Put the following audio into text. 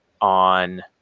on